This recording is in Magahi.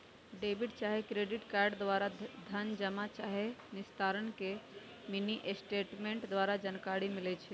डेबिट चाहे क्रेडिट कार्ड द्वारा धन जमा चाहे निस्तारण के मिनीस्टेटमेंट द्वारा जानकारी मिलइ छै